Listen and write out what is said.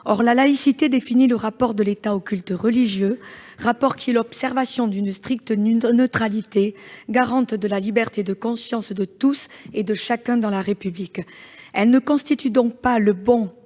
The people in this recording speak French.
Or la laïcité définit le rapport de l'État aux cultes religieux comme l'observation d'une stricte neutralité, garante de la liberté de conscience de tous et de chacun dans la République. Elle ne constitue donc pas le bon